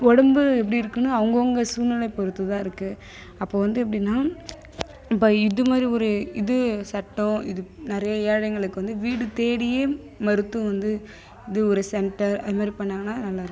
உடம்பு எப்படி இருக்குன்னு அவங்கவங்க சூழ்நிலையை பொறுத்து தான் இருக்குது அப்போது வந்து எப்படின்னால் இப்போ இது மாதிரி ஒரு இது சட்டம் இது நிறைய ஏழைங்களுக்கு வந்து வீடு தேடியே மருத்துவம் வந்து இது ஒரு சென்டர் அது மாதிரி பண்ணாங்கன்னால் நல்லாயிருக்கும்